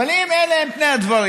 אבל אם אלה הם פני הדברים,